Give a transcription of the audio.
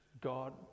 God